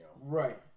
Right